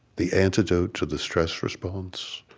the antidote to the stress response.